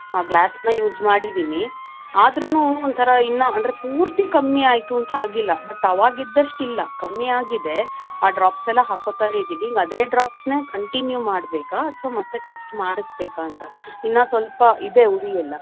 ಆ ಗ್ಲಾಸನ್ನು ಯೂಸ್ ಮಾಡಿದ್ದೀನಿ ಆದರೂನು ಒಂಥರ ಇನ್ನೂ ಅಂದರೆ ಪೂರ್ತಿ ಕಮ್ಮಿ ಆಯಿತು ಅಂತ ಆಗಿಲ್ಲ ಬಟ್ ಆವಾಗಿದ್ದಷ್ಟು ಇಲ್ಲ ಕಮ್ಮಿಯಾಗಿದೆ ಆ ಡ್ರಾಪ್ಸ್ ಎಲ್ಲ ಹಾಕ್ಕೋತಾನೇ ಇದ್ದೀನಿ ಅದೇ ಡ್ರಾಪ್ಸನ್ನು ಕಂಟಿನ್ಯೂ ಮಾಡಬೇಕಾ ಅಥವಾ ಮತ್ತೆ ಟೆಸ್ಟ್ ಮಾಡಿಸಬೇಕಾ ಅಂತ ಇನ್ನೂ ಸ್ವಲ್ಪ ಇದೆ ಉರಿ ಎಲ್ಲ